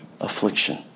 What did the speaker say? affliction